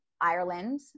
Ireland